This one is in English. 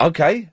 Okay